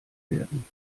werden